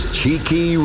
Cheeky